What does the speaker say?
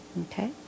Okay